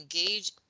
engage